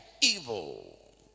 evil